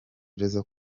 ikaze